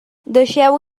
deixeu